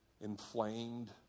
inflamed